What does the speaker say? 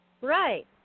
Right